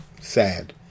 sad